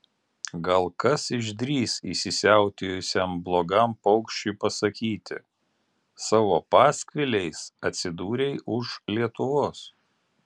gal kas išdrįs įsisiautėjusiam blogam paukščiui pasakyti savo paskviliais atsidūrei už lietuvos